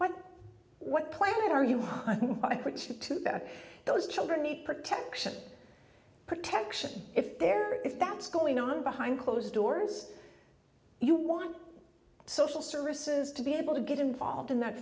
what what planet are you i can't speak to that those children need protection protection if they're if that's going on behind closed doors you want social services to be able to get involved in that